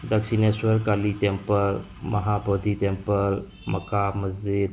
Dakshineswar Kali temple ꯃꯍꯥꯕꯇꯤ temple ꯃꯀꯥ ꯃꯁꯖꯤꯠ